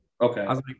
Okay